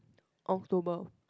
October